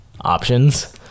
options